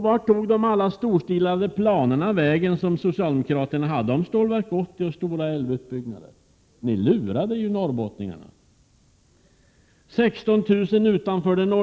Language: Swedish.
Vart tog alla storstilade planer vägen som socialdemokraterna hade med Stålverk 80, stora älvutbyggnader etc.? Ni lurade Norrbotten!